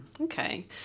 Okay